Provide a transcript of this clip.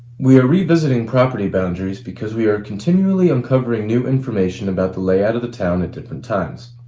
we are revisiting property boundaries because we are continually uncovering new information about the layout of the town at different times.